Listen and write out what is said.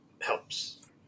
helps